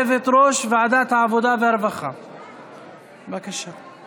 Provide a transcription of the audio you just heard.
אנחנו עוברים להודעת ועדת העבודה והרווחה על רצונה להחיל דין רציפות